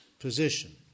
position